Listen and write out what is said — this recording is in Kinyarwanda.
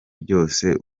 byose